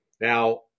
Now